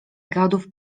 gadów